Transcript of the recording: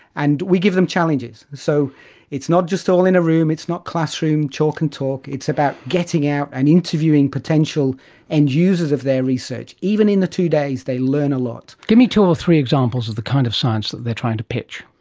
and we give them challenges. so it's not just all in a room, it's not classroom, chalk and talk, it's about getting out and interviewing potential end and users of their research. even in the two days they learn a lot. give me two or three examples of the kind of science that they're trying to pitch.